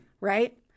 Right